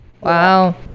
Wow